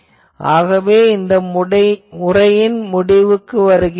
ஆகவே இந்த உரையின் முடிவுக்கு வருகிறோம்